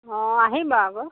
অঁ আহিব আকৌ